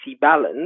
balance